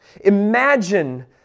Imagine